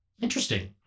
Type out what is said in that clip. Interesting